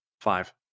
Five